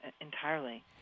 entirely